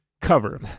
cover